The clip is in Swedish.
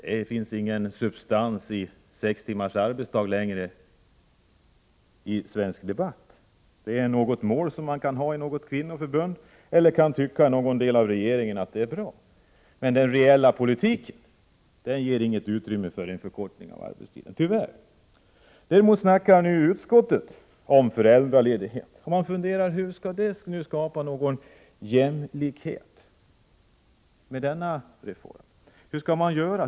Det finns i svensk debatt intelängre någon substans i kravet på sex timmars arbetsdag. Det är ett mål som man kan ha i något kvinnoförbund eller som man i någon del av regeringen kan tycka är bra, men den reella politiken ger inget utrymme för en förkortning av arbetstiden, tyvärr. Däremot talar utskottet om föräldraledighet, man funderar hur denna reform skall skapa någon jämlikhet. Hur skall man göra?